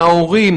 ברור.